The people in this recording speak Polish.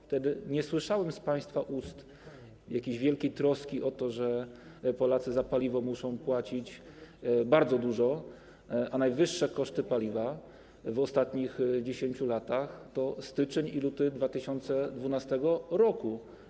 Wtedy nie słyszałem z państwa ust jakiejś wielkiej troski o to, że Polacy za paliwo muszą płacić bardzo dużo, a najwyższe koszty paliwa w ostatnich 10 latach to styczeń i luty 2012 r.